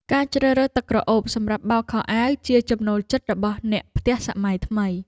ការជ្រើសរើសទឹកក្រអូបសម្រាប់បោកខោអាវ ជាចំណូលចិត្តរបស់អ្នកផ្ទះសម័យថ្មី។